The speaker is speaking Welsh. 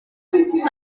daleithiau